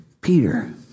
Peter